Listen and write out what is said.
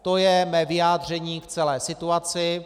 To je mé vyjádření k celé situaci.